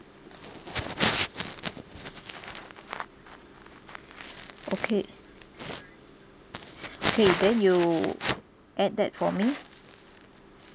okay okay then you add that for me